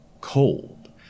cold